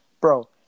bro